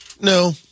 No